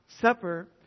supper